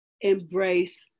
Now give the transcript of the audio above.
embrace